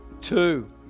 two